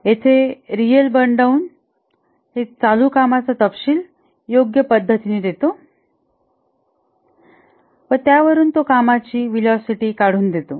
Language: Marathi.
येथे रिअल बर्न डाउन हे चालू कामाचा तपशील योग्य पद्धतीने देतो व त्यावरून तो कामाची व्हिलॉसिटी काढून देतो